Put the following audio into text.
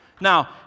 Now